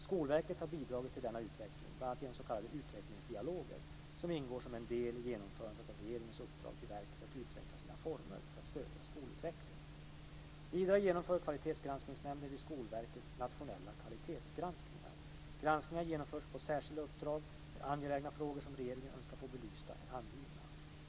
Skolverket har bidragit till denna utveckling, bl.a. genom de s.k. utvecklingsdialoger som ingår som en del i genomförandet av regeringens uppdrag till verket att utveckla sina former för att stödja skolutveckling. Vidare genomför Kvalitetsgranskningsnämnden vid Skolverket nationella kvalitetsgranskningar. Granskningarna genomförs på särskilda uppdrag där angelägna frågor som regeringen önskar få belysta är angivna.